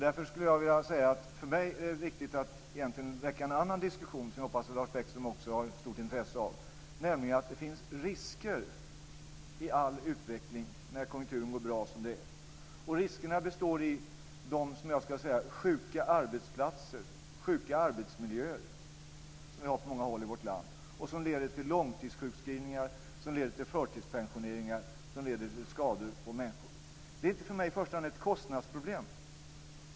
Därför skulle jag vilja säga att för mig är det viktigt att väcka en annan diskussion som jag hoppas att Lars Bäckström också har stort intresse av, nämligen att det finns risker i all utveckling när konjunkturen går bra. Riskerna består i de sjuka arbetsplatser, de sjuka arbetsmiljöer som vi har på många håll i vårt land och som leder till långtidssjukskrivningar, till förtidspensioneringar, till skador på människor. Det är för mig inte i första hand ett kostnadsproblem.